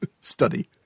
study